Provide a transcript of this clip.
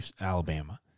Alabama